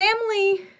family